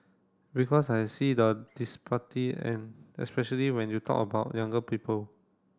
because I see the and especially when you talk about younger people